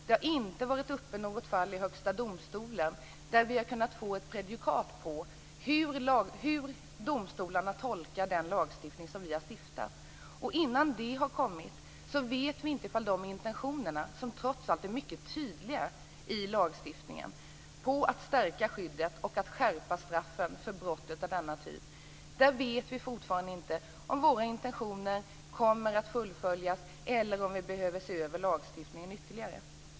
Det har inte varit något fall uppe i Högsta domstolen där vi har kunnat få prejudikat på hur domstolarna tolkar vår lagstiftning. Innan ett sådant har kommit vet vi inte om våra intentioner i lagstiftningen, som trots allt är mycket tydliga när det gäller att stärka skyddet och att skärpa straffen för brott av denna typ, kommer att fullföljas eller om vi behöver se över lagstiftningen ytterligare.